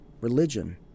religion